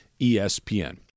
ESPN